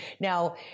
Now